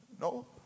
No